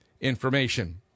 information